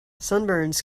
sunburns